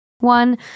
One